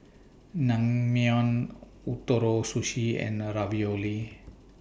Naengmyeon Ootoro Sushi and Ravioli